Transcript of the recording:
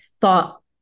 thought